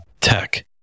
tech